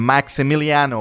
Maximiliano